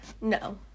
No